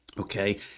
Okay